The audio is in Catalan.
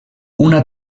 una